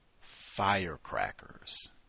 firecrackers